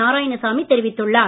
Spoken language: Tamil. நாராயணசாமி தெரிவித்துள்ளார்